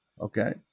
okay